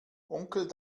onkel